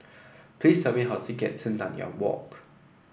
please tell me how to get to Nanyang Walk